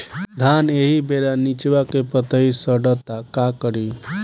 धान एही बेरा निचवा के पतयी सड़ता का करी?